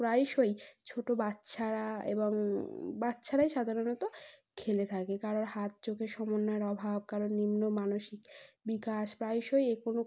প্রায়শই ছোট বাচ্চারা এবং বাচ্চারাই সাধারণত খেলে থাকে কারোর হাত চোখের সমন্বয়ের অভাব কারোর নিম্ন মানসিক বিকাশ প্রায়শই এগুলো